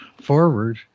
forward